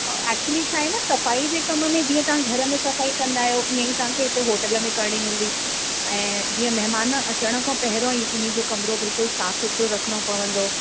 actually छा आहे न सफ़ाई जे कम में जीअं तव्हां घर में सफ़ाई कंदा आहियो इअं ई तव्हांखे हिते होटल में करिणी हुंदी जीअं महिमान अचनि खां पटरियों ई उनजो कमिरो बिल्कुलु साफ़ सुथिरो रखिणो पवंदो